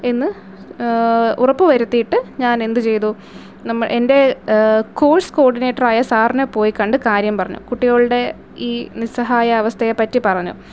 എന്ന് ഉറപ്പ് വരുത്തിയിട്ട് ഞാൻ എന്ത് ചെയ്തു നമ്മൾ എൻ്റെ കോഴ്സ് കോഡിനേറ്ററായ സാറിനെ പോയി കണ്ട് കാര്യം പറഞ്ഞു കുട്ടികളുടെ ഈ നിസ്സഹായാവസ്തയെ പറ്റി പറഞ്ഞു